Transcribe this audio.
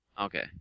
Okay